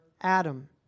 Adam